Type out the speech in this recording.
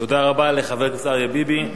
תודה רבה לחבר הכנסת אריה ביבי.